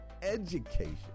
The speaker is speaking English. education